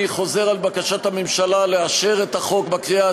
אני חוזר על בקשת הממשלה לאשר את החוק בקריאה